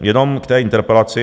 Jenom k té interpelaci.